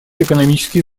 экономические